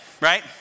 right